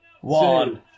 one